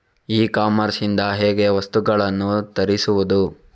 E commerce ಇಂದ ಹೇಗೆ ವಸ್ತುಗಳನ್ನು ತರಿಸುವುದು?